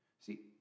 See